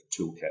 toolkit